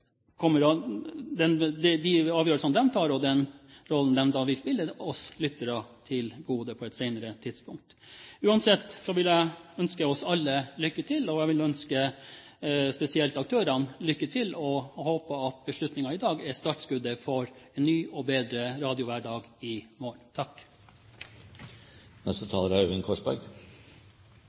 den rollen de da vil spille, kommer oss lyttere til gode på et senere tidspunkt. Uansett vil jeg ønske oss alle lykke til, og jeg vil ønske spesielt aktørene lykke til, og jeg håper at beslutningen i dag er startskuddet for en ny og bedre radiohverdag i morgen.